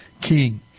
king